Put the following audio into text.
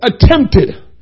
attempted